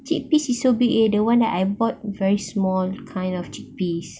chickpeas is so big eh the one that I bought is very small kind of chickpeas